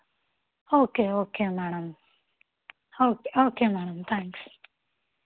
okay okay madam okay okay madam thanks